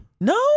No